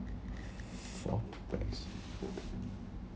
four pax